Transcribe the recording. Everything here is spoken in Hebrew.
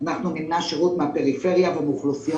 אנחנו נמנע שירות מהפריפריה ומאוכלוסיות